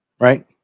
Right